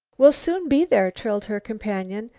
we'll soon be there, trilled her companion.